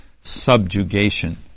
subjugation